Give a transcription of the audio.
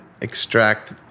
extract